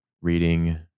reading